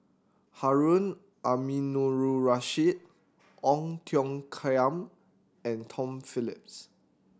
Harun Aminurrashid Ong Tiong Khiam and Tom Phillips